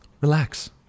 Relax